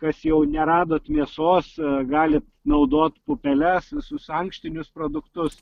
kas jau neradot mėsos galit naudot pupeles visus ankštinius produktus